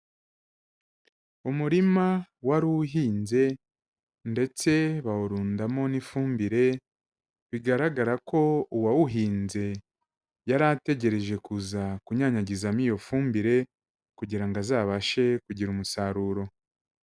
Umurima wari uhinze ndetse bawurundamo n'ifumbire, bigaragara ko uwawuhinze yari ategereje kuza kunyanyagizamo iyo fumbire, kugira ngo azabashe kugira umusaruro.